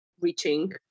reaching